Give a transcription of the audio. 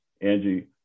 Angie